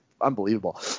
unbelievable